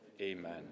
Amen